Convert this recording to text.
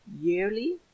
yearly